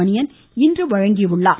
மணியன் இன்று வழங்கினார்